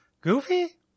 Goofy